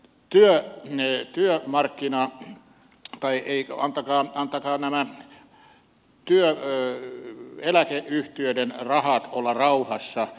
työ menee työ ja markkinointi tai ei oo totta totta antakaa työeläkeyhtiöiden rahojen olla rauhassa